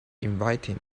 inviting